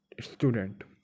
student